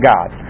God